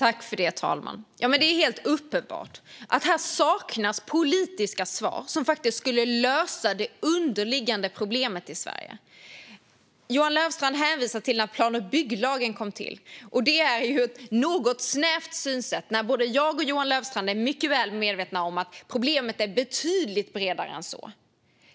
Herr talman! Det är helt uppenbart att här saknas politiska svar som faktiskt skulle lösa det underliggande problemet i Sverige. Johan Löfstrand hänvisar till när plan och bygglagen kom till. Det är ett något snävt synsätt. Både jag och Johan Löfstrand är mycket väl medvetna om att problemet är betydligt bredare än så.